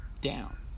down